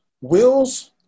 Wills